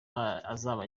azaba